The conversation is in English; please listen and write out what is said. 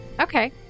Okay